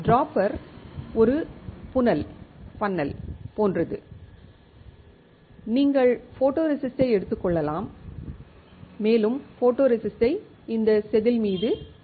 dropper ஒரு புனல் போன்றது நீங்கள் ஃபோட்டோரெசிஸ்ட்டை எடுத்துக் கொள்ளலாம் மேலும் ஃபோட்டோரெசிஸ்ட்டை இந்த செதில் மீது செலுத்தலாம்